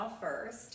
first